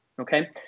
Okay